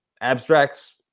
Abstracts